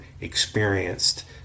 experienced